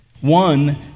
One